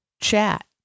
chat